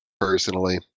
personally